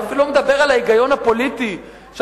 אני אפילו לא מדבר על ההיגיון הפוליטי בכך